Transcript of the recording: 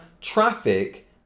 traffic